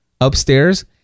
upstairs